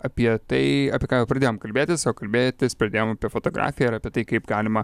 apie tai apie ką jau pradėjom kalbėtis o kalbėtis pradėjom apie fotografiją ir apie tai kaip galima